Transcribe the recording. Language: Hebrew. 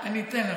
אני אתן לך.